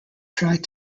tried